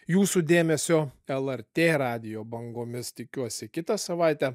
jūsų dėmesio lrt radijo bangomis tikiuosi kitą savaitę